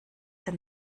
den